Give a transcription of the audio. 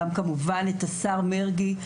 וכמובן גם את השר מרגי,